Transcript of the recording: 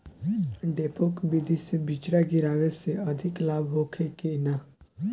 डेपोक विधि से बिचड़ा गिरावे से अधिक लाभ होखे की न?